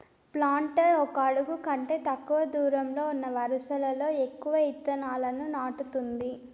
planter ఒక అడుగు కంటే తక్కువ దూరంలో ఉన్న వరుసలలో ఎక్కువ ఇత్తనాలను నాటుతుంది